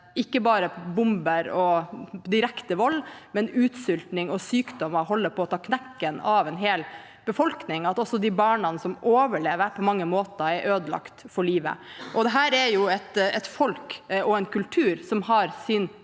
ikke bare bomber og direkte vold, men også utsulting og sykdommer holder på å ta knekken på en hel befolkning, og at også de barna som overlever, på mange måter er ødelagt for livet. Dette er et folk og en kultur som har sin